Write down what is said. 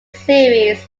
series